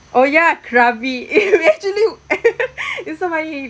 oh ya krabi we actually is so funny